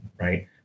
Right